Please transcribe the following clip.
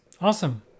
Awesome